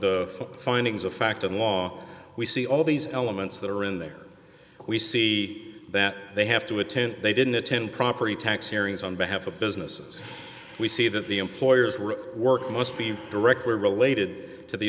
the findings of fact and law we see all these elements that are in there we see that they have to attend they didn't attend property tax hearings on behalf of businesses we see that the employers were work must be directly related to the